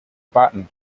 button